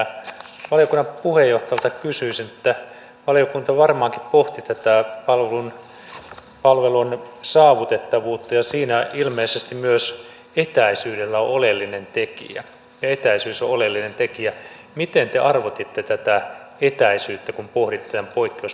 valiokunnan puheenjohtajalta kysyisin että kun valiokunta varmaankin pohti tätä palvelun saavutettavuutta ja siinä ilmeisesti myös etäisyys on oleellinen tekijä niin miten te arvotitte tätä etäisyyttä kun pohditte tämän poikkeusmahdollisuuden antamista